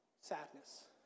sadness